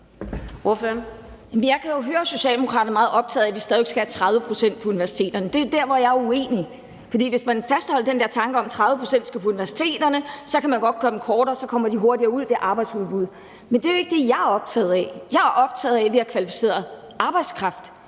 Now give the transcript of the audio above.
Jeg kan jo høre, at Socialdemokraterne stadig er meget optaget af, at 30 pct. skal gå på universitet, og det er der, hvor jeg er uenig. Tanken om at fastholde, at 30 pct. skal på universitetet, er, at man så godt kan gøre uddannelserne kortere, og så kommer folk hurtigere ud, og så får man øget arbejdsudbud, men det er jo ikke det, jeg er optaget af. Jeg er optaget af, at vi har kvalificeret arbejdskraft